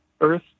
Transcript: Earth